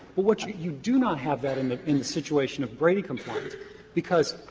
but what you do not have that in the in the situation of brady compliance because,